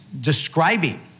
describing